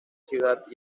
ciudad